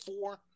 four